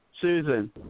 Susan